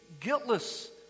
guiltless